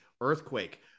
earthquake